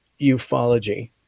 ufology